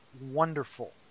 wonderful